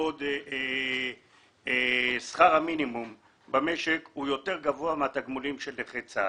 בעוד שכר המינימום במשק הוא יותר גבוה מהתגמולים של נכי צה"ל.